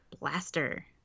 Blaster